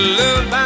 love